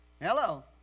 Hello